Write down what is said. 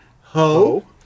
Ho